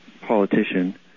politician